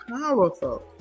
powerful